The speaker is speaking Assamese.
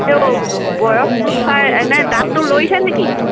তেও বয়সটো চাই এনেই দাঁতটো লৰিছে নেকি